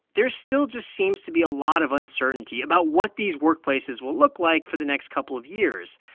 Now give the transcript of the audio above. there still just seems to be a lot of uncertainty about what these workplaces will look like for the next couple of years.